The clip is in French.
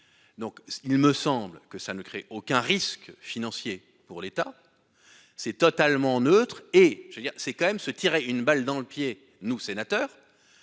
Donc il me semble que ça ne crée aucun risque financier pour l'État. C'est totalement neutre et je veux dire c'est quand même se tirer une balle dans le pied nous sénateur.